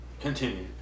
Continue